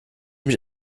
mich